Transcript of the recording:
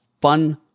fun